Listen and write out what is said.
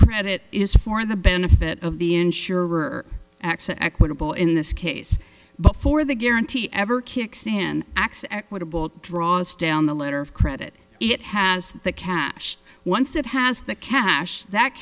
credit is for the benefit of the insurer acts equitable in this case before the guarantee ever kicks in acts equitable draws down the letter of credit it has the cash once it has the cash that